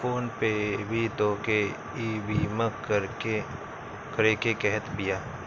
phone पे भी तोहके ईबीमा करेके कहत बिया